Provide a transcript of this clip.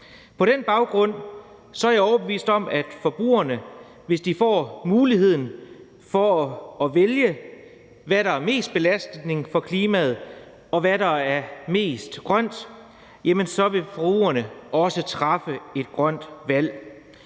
På den baggrund er jeg overbevist om, at forbrugerne, hvis de får muligheden for at vælge mellem, hvad der er mest belastning for klimaet, og hvad der er mest grønt, også vil træffe et grønt valg.